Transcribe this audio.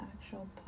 actual